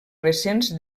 recents